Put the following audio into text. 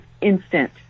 instant